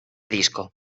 disco